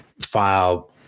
file